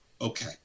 okay